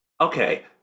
okay